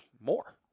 more